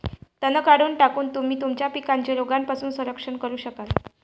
तण काढून टाकून, तुम्ही तुमच्या पिकांचे रोगांपासून संरक्षण करू शकाल